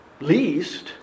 Least